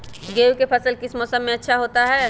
गेंहू का फसल किस मौसम में अच्छा होता है?